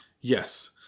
Yes